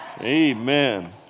Amen